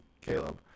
Caleb